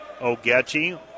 Ogechi